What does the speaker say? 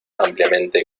ampliamente